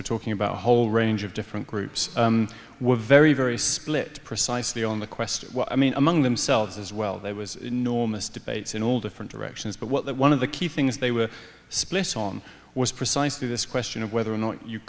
we're talking about a whole range of different groups were very very split precisely on the question i mean among themselves as well there was enormous debates in all different directions but one of the key things they were split on was precisely this question of whether or not you